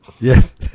Yes